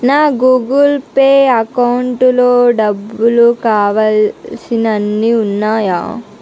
నా Google Pay అకౌంటులో డబ్బులు కావలసినన్ని ఉన్నాయా